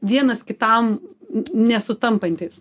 vienas kitam nesutampantys